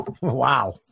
Wow